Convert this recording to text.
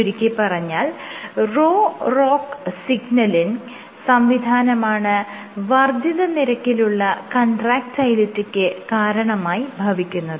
ചുരുക്കിപ്പറഞ്ഞാൽ Rho ROCK signalling സംവിധാനമാണ് വർദ്ധിത നിരക്കിലുള്ള കൺട്രാക്ടയിലിറ്റിക്ക് കാരണമായി ഭവിക്കുന്നത്